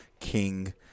king